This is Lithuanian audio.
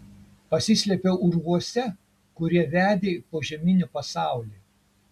pasislėpiau urvuose kurie vedė į požeminį pasaulį